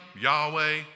Yahweh